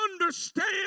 understand